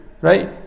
right